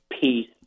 Peace